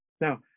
Now